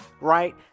right